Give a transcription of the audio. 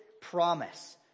promise